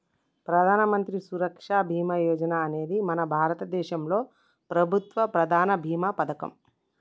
ప్రధానమంత్రి సురక్ష బీమా యోజన అనేది మన భారతదేశంలో ప్రభుత్వ ప్రధాన భీమా పథకం